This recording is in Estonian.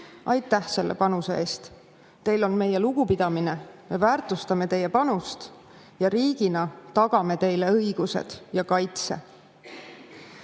Aitäh selle panuse eest! Teil on meie lugupidamine, me väärtustame teie panust ja riigina tagame teile õigused ja kaitse.